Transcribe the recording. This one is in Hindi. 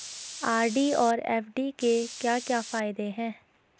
आर.डी और एफ.डी के क्या क्या फायदे हैं?